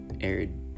aired